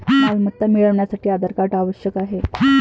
मालमत्ता मिळवण्यासाठी आधार कार्ड आवश्यक आहे